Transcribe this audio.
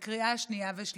בקריאה שנייה ושלישית.